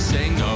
Sing